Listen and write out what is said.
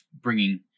bringing